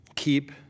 Keep